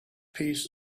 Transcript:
piece